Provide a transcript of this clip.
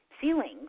ceilings